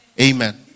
Amen